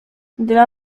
dla